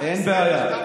אין בעיה.